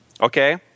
Okay